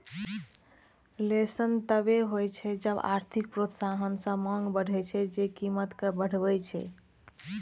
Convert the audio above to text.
reflation तबो होइ छै जब आर्थिक प्रोत्साहन सं मांग बढ़ै छै, जे कीमत कें बढ़बै छै